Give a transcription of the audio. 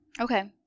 Okay